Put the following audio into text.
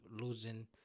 losing